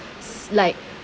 like